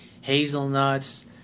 hazelnuts